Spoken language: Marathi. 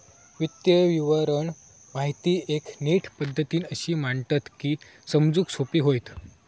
वित्तीय विवरण माहिती एक नीट पद्धतीन अशी मांडतत की समजूक सोपा होईत